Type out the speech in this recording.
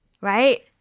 Right